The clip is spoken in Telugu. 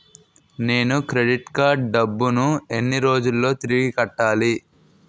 నేను క్రెడిట్ కార్డ్ డబ్బును ఎన్ని రోజుల్లో తిరిగి కట్టాలి?